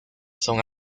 son